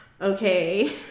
Okay